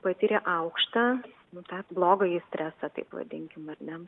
patyrė aukštą nu tą blogąjį stresą taip vadinkim ar ne